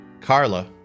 Carla